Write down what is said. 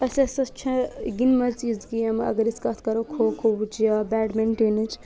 أسۍ ہسا چھے گندِمٕژ یژھ گیمہٕ اگر أسۍ کتھ کرُو کھوکھۄوٕچ یا بیڑ مینٹِنٕچ